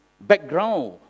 background